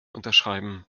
unterschreiben